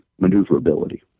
maneuverability